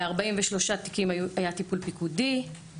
ב-43 תיקים היה טיפול פיקודי.